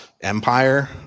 empire